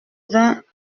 vingt